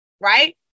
right